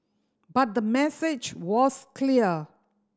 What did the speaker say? but the message was clear